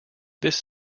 this